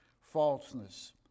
falseness